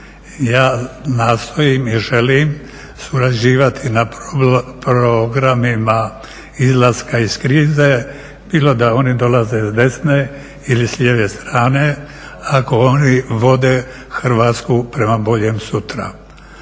Ja nastojim i želim surađivati na programima izlaska iz krize bilo da oni dolaze iz desne ili s lijeve strane, ako oni vode Hrvatsku prema boljem sutra.